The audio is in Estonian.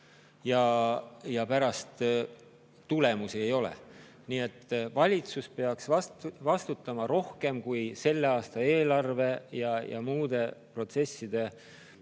ja pärast tulemusi ei ole. Nii et valitsus peaks vastutama rohkem, kui valitsus selle aasta eelarve ja muude protsesside